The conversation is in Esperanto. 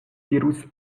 dirus